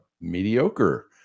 mediocre